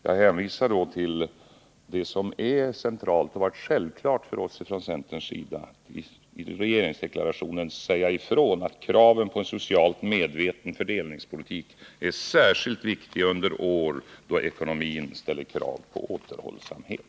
Jag hänvisade då till ett avsnitt i regeringsdeklarationen som är centralt och självklart för oss från centerns sida: ”Kraven på en socialt medveten fördelningspolitik är särskilt viktiga under år då ekonomin ställer krav på återhållsamhet.”